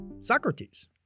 Socrates